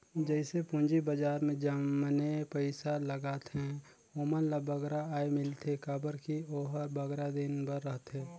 जइसे पूंजी बजार में जमने पइसा लगाथें ओमन ल बगरा आय मिलथे काबर कि ओहर बगरा दिन बर रहथे